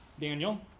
Daniel